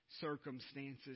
circumstances